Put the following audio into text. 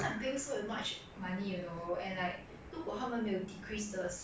I don't know leh 我们在还什么我们又不在用 school facilities 他们要